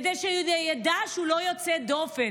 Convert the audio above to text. כדי שהוא ידע שהוא לא יוצא דופן.